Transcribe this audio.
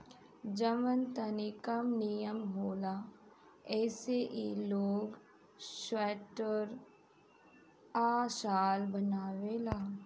जवन तनी कम निमन होला ऐसे ई लोग स्वेटर आ शाल बनावेला